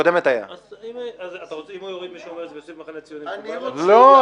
אז אם הוא יוריד מישהו ממרצ ויוסיף מישהו מהמחנה הציוני זה מקובל עליך?